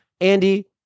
Andy